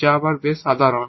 যা আবার বেশ সাধারণ